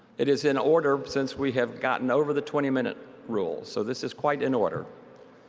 it is in order since we have gotten over the twenty minute rule, so this is quite in order.